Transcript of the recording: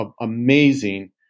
amazing